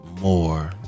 More